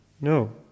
No